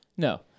No